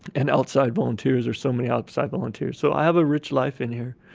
and outside volunteers. there's so many outside volunteers so, i have a rich life in here.